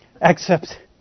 Accept